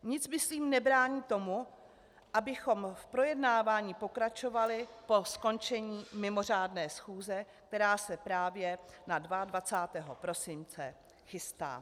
Nic myslím nebrání tomu, abychom v projednávání pokračovali po skončení mimořádné schůze, která se právě na 22. prosince chystá.